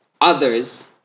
others